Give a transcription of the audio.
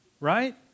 Right